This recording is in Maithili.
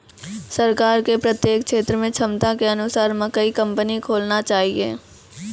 सरकार के प्रत्येक क्षेत्र मे क्षमता के अनुसार मकई कंपनी खोलना चाहिए?